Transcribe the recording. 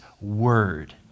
word